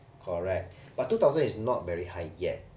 correct but two thousand is not very high yet